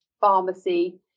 pharmacy